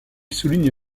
souligne